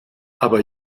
aber